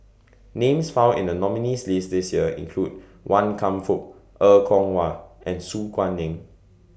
Names found in The nominees' list This Year include Wan Kam Fook Er Kwong Wah and Su Guaning